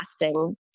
lasting